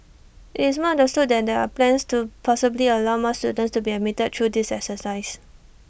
it's understood that there're plans to possibly allow more students to be admitted through this exercise